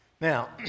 Now